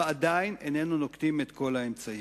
ועדיין איננו נוקטים את כל האמצעים.